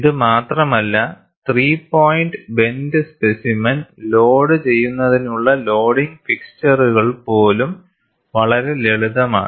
ഇത് മാത്രമല്ലത്രീ point bend specimen load ചെയ്യുന്നതിനുള്ള ലോഡിംഗ് ഫിക്സ്ച്ചറുകൾ പോലും വളരെ ലളിതമാണ്